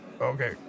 Okay